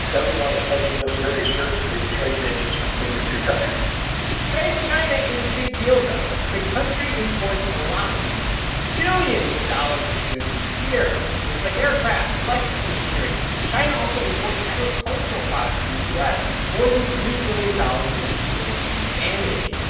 everyone is taking this very seriously, the trade tensions between the two countries trade with china is a big deal, though. the country imports a lot from the u s, billions of dollars of goods each year goods like aircrafts, electrical machinery. china also imports agricultural products from the u s, more than three billion dollars worth of soybeans annually.